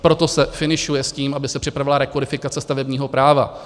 Proto se finišuje s tím, aby se připravila rekodifikace stavebního práva.